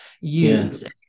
use